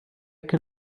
can